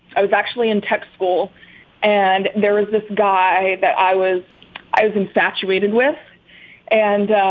i was actually in tech school and there is this guy that i was i was infatuated with and